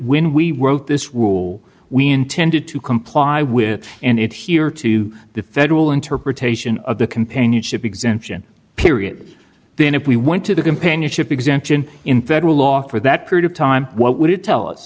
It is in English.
when we wrote this rule we intended to comply with and it here to the federal interpretation of the companionship exemption period then if we went to the companionship exemption in federal law for that period of time what would it tell us